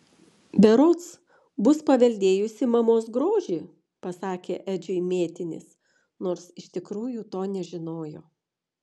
berods bus paveldėjusi mamos grožį pasakė edžiui mėtinis nors iš tikrųjų to nežinojo